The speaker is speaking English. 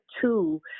two